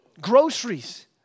Groceries